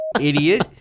idiot